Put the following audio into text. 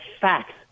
fact